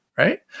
Right